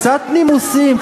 קצת נימוסים,